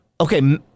okay